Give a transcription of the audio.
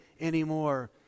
anymore